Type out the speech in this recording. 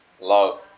love